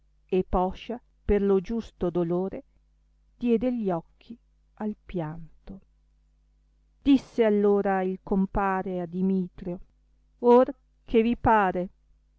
e poscia per lo giusto dolore diede gli occhi al pianto disse allora il compare a dimitrio or che vi pare